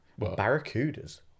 Barracudas